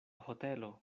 hotelo